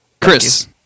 Chris